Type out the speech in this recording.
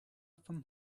from